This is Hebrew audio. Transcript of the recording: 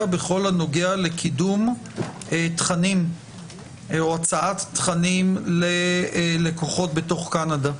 בכל הנוגע לקידום תכנים או הצעת תכנים ללקוחות בתוך קנדה.